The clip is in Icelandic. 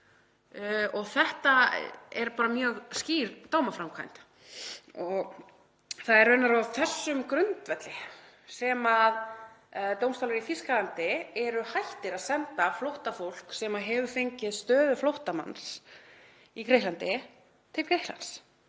Þetta er bara mjög skýr dómaframkvæmd og það er raunar á þessum grundvelli sem dómstólar í Þýskalandi eru hættir að senda flóttafólk sem hefur fengið stöðu flóttamanns í Grikklandi til Grikklands,